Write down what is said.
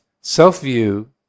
self-view